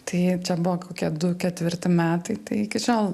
tai čia buvo kokie du ketvirti metai tai iki šiol